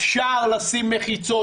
אפשר לשים מחיצות,